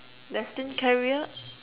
destined career